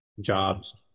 jobs